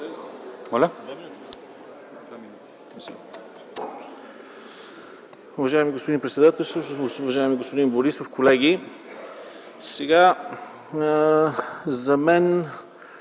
Уважаеми господин председател, уважаеми господин Борисов, колеги! За мен